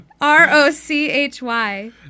R-O-C-H-Y